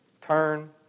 Turn